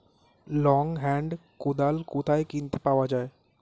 Long hand কোদাল কোথায় কিনতে পাওয়া যায়?